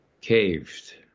caved